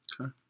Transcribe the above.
Okay